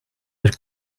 their